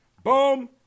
Boom